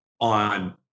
on